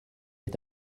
est